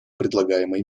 предлагаемой